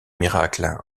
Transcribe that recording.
miracles